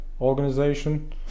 organization